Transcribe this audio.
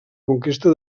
conquesta